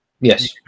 Yes